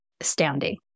astounding